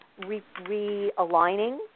realigning